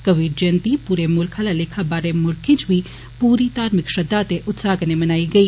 कबीर जयंती पूरे मुल्ख आला लेखा बाहरले मुल्खें इच बी पूरी धार्मिक श्रद्धा ते उत्साह कन्नै मनाई गेइ